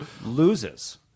loses